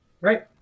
Right